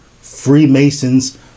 Freemasons